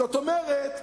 זאת אומרת,